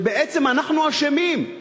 שבעצם אנחנו אשמים.